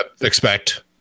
expect